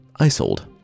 Isold